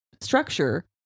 structure